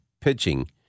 pitching